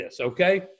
okay